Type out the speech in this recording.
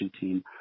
team